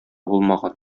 булмаган